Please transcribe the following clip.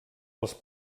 els